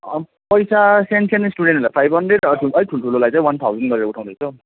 अनि पैसा सानसानो स्टुडेन्टलाई फाइभ हन्ड्रेड अरूलाई ठुल्ठुलोलाई वान थाउजन्ड गरेर उठाउँदैछ